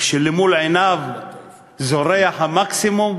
כשלמול עיניו זורח המקסימום?